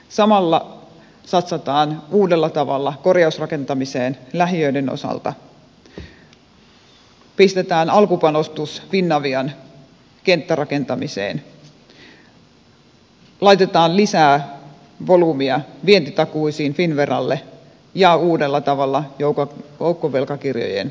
samalla satsataan uudella tavalla korjausrakentamiseen lähiöiden osalta pistetään alkupanostus finavian kenttärakentamiseen laitetaan lisää volyymiä vientitakuisiin finnveralle ja uudella tavalla joukkovelkakirjojen mahdolliseen ostamiseen